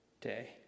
day